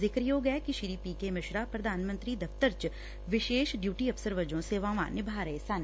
ਜ਼ਿਕਰਯੋਗ ਐ ਕਿ ਪੀ ਕੇ ਮਿਸ਼ਰਾ ਪ੍ਰਧਾਨ ਮੰਤਰੀ ਦਫ਼ਤਰ ਚ ਵਿਸ਼ੇਸ਼ ਡਿਊਟੀ ਅਫ਼ਸਰ ਵਜੋਂ ਸੇਵਾਵਾਂ ਨਿਭਾ ਰਹੇ ਸਨ